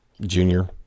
Junior